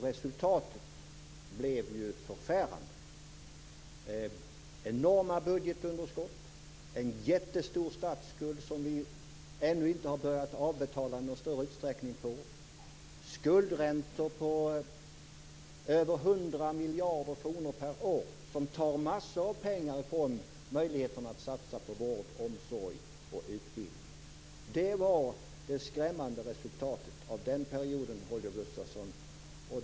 Resultatet blev ju förfärande: enorma budgetunderskott, en jättestor statsskuld som vi ännu inte har börjat avbetala i någon större utsträckning, skuldräntor på över 100 miljarder kronor per år som tar massor av pengar från satsningar på vård, omsorg och utbildning. Detta var det skrämmande resultatet av den perioden, Holger Gustafsson.